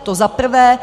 To za prvé.